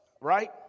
right